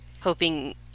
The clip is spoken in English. hoping